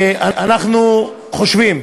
אנחנו חושבים,